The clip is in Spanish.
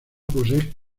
posee